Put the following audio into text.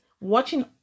watching